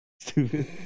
Stupid